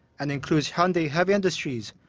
and includes hyundai heavy industries,